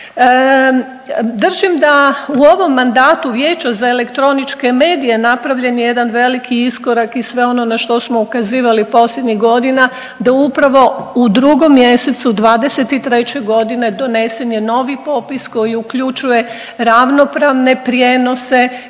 Držim da u ovom mandatu Vijeća za elektroničke medije napravljen je jedan veliki iskorak i sve ono na što smo ukazivali posljednjih godina, da upravo u drugom mjesecu 2023. godine donesen je novi popis koji uključuje ravnopravne prijenose